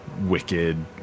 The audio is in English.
wicked